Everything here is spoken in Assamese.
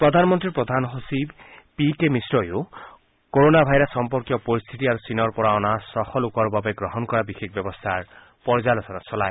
প্ৰধানমন্তীৰ প্ৰধান সচিব পি কে মিশ্ৰয়ো কৰোনা ভাইৰাছ সম্পৰ্কীয় পৰিস্থিতি আৰু চীনৰ পৰা অনা ছশ জন লোকৰ বাবে কৰা বিশেষ ব্যৱস্থাৰ পৰ্য্যালোচনা চলায়